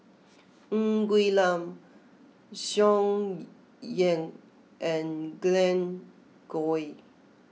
Ng Quee Lam Tsung Yeh and Glen Goei